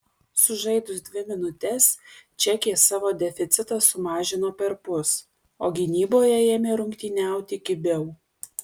sužaidus dvi minutes čekės savo deficitą sumažino perpus o gynyboje ėmė rungtyniauti kibiau